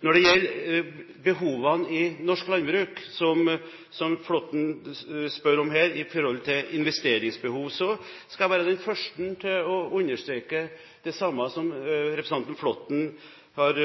Når det gjelder investeringsbehovene i norsk landbruk, som Flåtten spør om her, skal jeg være den første til å understreke det samme som representanten Flåtten har